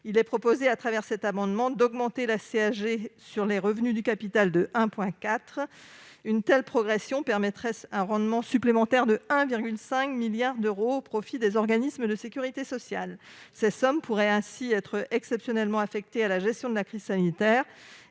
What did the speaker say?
proposent donc d'augmenter la CSG sur les revenus du capital de 1,4 point. Une telle progression permettrait un rendement supplémentaire de 1,5 milliard d'euros au profit des organismes de sécurité sociale. Ces sommes pourraient être exceptionnellement affectées à la gestion de la crise sanitaire